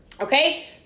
okay